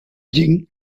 jing